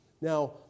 Now